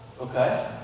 Okay